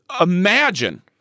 imagine